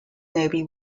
navy